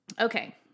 Okay